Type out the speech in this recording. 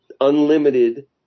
unlimited